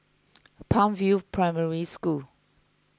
Palm View Primary School